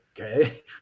okay